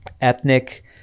ethnic